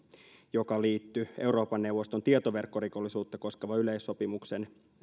joka liittyi euroopan neuvoston tietoverkkorikollisuutta koskevan yleissopimuksen